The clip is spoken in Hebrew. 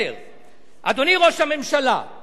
אם אנחנו היינו בקואליציה עם קדימה,